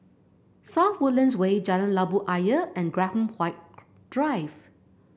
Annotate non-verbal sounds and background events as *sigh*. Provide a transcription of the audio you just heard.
South Woodlands Way Jalan Labu Ayer and Graham *unintelligible* Drive